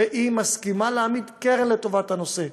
והיא מסכימה להעמיד קרן לטובת הנושא.